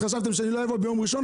אז חשבתם שאני לא אבוא ביום ראשון?